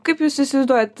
kaip jūs įsivaizduojat